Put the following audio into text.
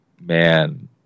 man